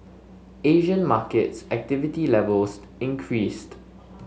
Asian markets activity levels increased